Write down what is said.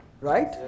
Right